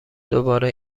دوباره